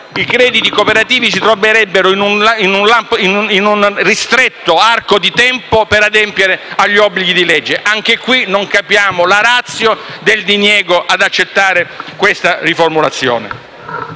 i crediti cooperativi si troverebbero ad avere un ristretto arco di tempo per adempiere agli obblighi di legge. Anche in questo caso non capiamo la *ratio* del diniego ad accettare siffatta riformulazione.